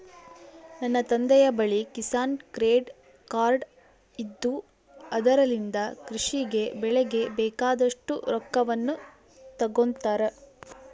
ನನ್ನ ತಂದೆಯ ಬಳಿ ಕಿಸಾನ್ ಕ್ರೆಡ್ ಕಾರ್ಡ್ ಇದ್ದು ಅದರಲಿಂದ ಕೃಷಿ ಗೆ ಬೆಳೆಗೆ ಬೇಕಾದಷ್ಟು ರೊಕ್ಕವನ್ನು ತಗೊಂತಾರ